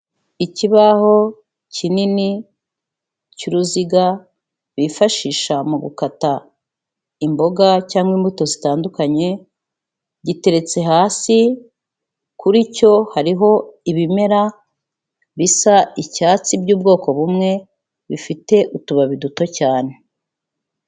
Ikibaho kinini cy'uruziga bifashisha mu gukata imboga cyangwa imbuto zitandukanye giteretse hasi, kuri cyo hariho ibimera bisa icyatsi by'ubwoko bumwe bifite utubabi duto cyane.